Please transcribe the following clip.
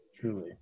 truly